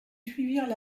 suivirent